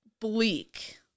Bleak